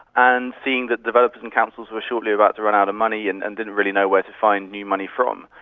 and seeing that developers and councils were shortly about to run out of money and and didn't really know where to find new money from.